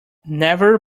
never